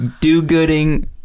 do-gooding